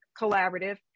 collaborative